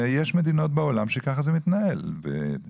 יש מדינות בעולם שכך זה מתנהל בהן